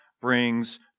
brings